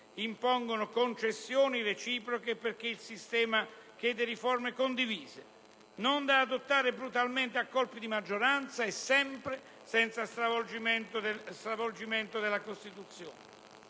impongono concessioni reciproche, perché il sistema chiede riforme condivise, non da adottare brutalmente a colpi di maggioranza e sempre senza stravolgimento della Costituzione.